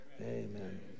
Amen